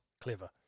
Clever